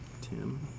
Tim